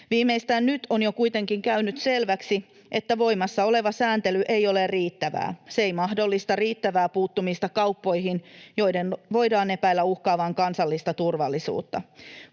Viimeistään nyt on jo kuitenkin käynyt selväksi, että voimassa oleva sääntely ei ole riittävää. Se ei mahdollista riittävää puuttumista kauppoihin, joiden voidaan epäillä uhkaavan kansallista turvallisuutta.